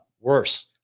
worse